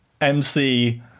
MC